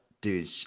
dude